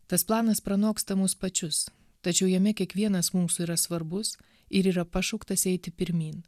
tas planas pranoksta mus pačius tačiau jame kiekvienas mūsų yra svarbus ir yra pašauktas eiti pirmyn